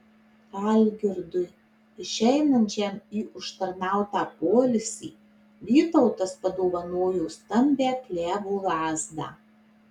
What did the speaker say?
algirdui išeinančiam į užtarnautą poilsį vytautas padovanojo stambią klevo lazdą